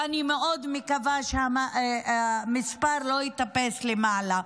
ואני מאוד מקווה שהמספר לא יטפס למעלה.